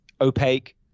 opaque